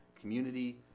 Community